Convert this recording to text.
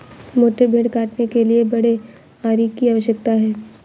मोटे पेड़ काटने के लिए बड़े आरी की आवश्यकता है